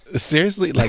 seriously? like